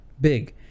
Big